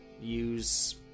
use